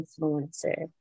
influencer